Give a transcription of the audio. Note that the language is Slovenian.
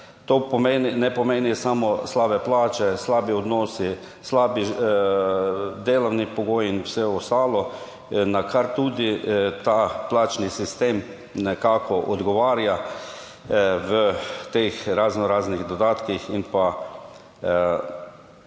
To ne pomeni samo slabe plače, slabi odnosi, slabi delovni pogoji in vse ostalo, na kar tudi ta plačni sistem nekako odgovarja v teh razno raznih dodatkih in pa tudi